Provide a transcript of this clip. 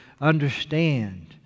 understand